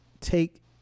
take